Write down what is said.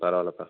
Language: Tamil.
பரவாயில்லைப்பா